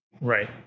right